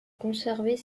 conserver